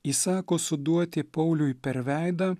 įsako suduoti pauliui per veidą